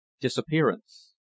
Disappearance